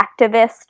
activist